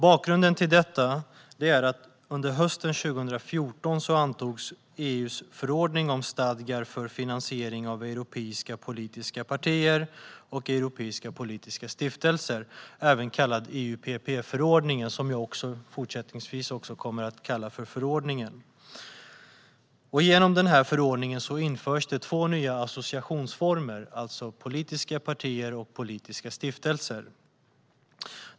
Bakgrunden till betänkandet är: Under hösten 2014 antogs EU:s förordning om stadgar för och finansiering av europeiska politiska partier och europeiska politiska stiftelser, även kallad EUPP-förordningen. Fortsättningsvis kommer jag att kalla den för förordningen. Genom förordningen införs två nya europeiska associationsformer: politiska partier och politiska stiftelser.